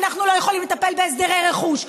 אנחנו לא יכולים לטפל בהסדרי רכוש,